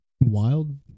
wild